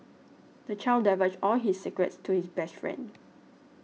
the child divulged all his secrets to his best friend